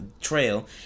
trail